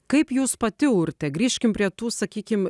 kaip jūs pati urte grįžkim prie tų sakykim